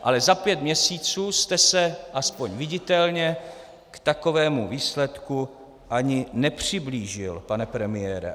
Ale za pět měsíců jste se, aspoň viditelně, k takovému výsledku ani nepřiblížil, pane premiére.